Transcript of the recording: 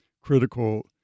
critical